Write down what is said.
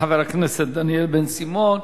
תודה לחבר הכנסת דניאל בן-סימון.